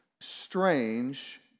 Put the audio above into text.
strange